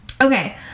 okay